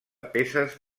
peces